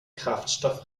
kraftstoff